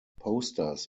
posters